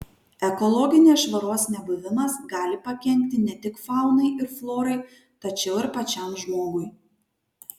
ekologinės švaros nebuvimas gali pakenkti ne tik faunai ir florai tačiau ir pačiam žmogui